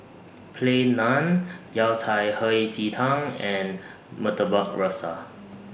Plain Baan Yao Cai Hei Ji Tang and Murtabak Rusa